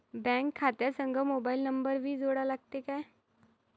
Bank खात्या संग mobile number भी जोडा लागते काय?